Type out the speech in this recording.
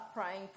praying